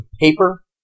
paper